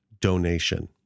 donation